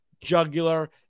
jugular